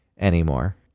anymore